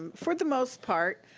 and for the most part,